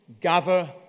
gather